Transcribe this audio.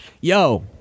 Yo